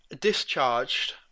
discharged